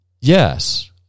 yes